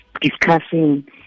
Discussing